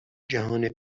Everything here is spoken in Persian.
جهان